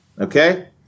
Okay